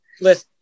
listen